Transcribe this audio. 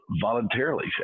voluntarily